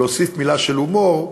להוסיף מילה של הומור.